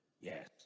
Yes